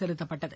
செலுத்தப்பட்டது